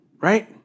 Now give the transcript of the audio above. Right